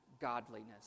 godliness